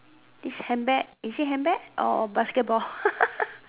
this handbag is it handbag or basketball